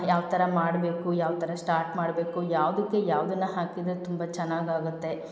ಯಾವ ಥರ ಮಾಡಬೇಕು ಯಾವ ಥರ ಸ್ಟಾರ್ಟ್ ಮಾಡಬೇಕು ಯಾವ್ದಕ್ಕೆ ಯಾವ್ದನ್ನು ಹಾಕಿದರೆ ತುಂಬ ಚೆನ್ನಾಗಾಗುತ್ತೆ